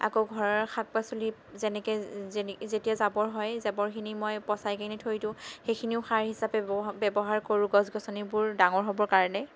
আকৌ ঘৰৰ শাক পাচলি যেনেকে যেতিয়া জাবৰ হয় জাবৰখিনি মই পচাইকেনে থৈ দিওঁ সেখিনিও সাৰ হিচাপে ব্যৱ ব্যৱহাৰ কৰোঁ গছ গছনিবোৰ ডাঙৰ হ'বৰ কাৰণে